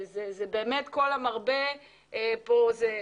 זה באמת כל המרבה פה זה משובח.